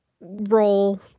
role